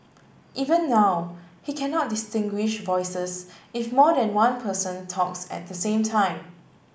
even now he cannot distinguish voices if more than one person talks at the same time